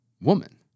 woman